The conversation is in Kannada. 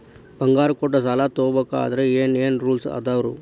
ಬಂಗಾರ ಕೊಟ್ಟ ಸಾಲ ತಗೋಬೇಕಾದ್ರೆ ಏನ್ ಏನ್ ರೂಲ್ಸ್ ಅದಾವು?